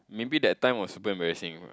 maybe that time was super amazing what